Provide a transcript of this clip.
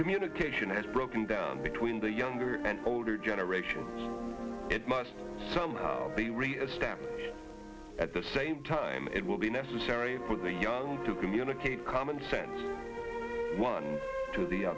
communication has broken down between the younger and older generation it must somehow be really a staff at the same time it will be necessary for the young to communicate common sense one to the